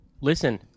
Listen